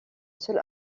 seule